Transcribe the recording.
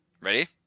ready